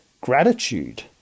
gratitude